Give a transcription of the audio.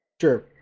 Sure